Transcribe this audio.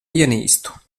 ienīstu